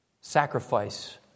sacrifice